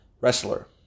wrestler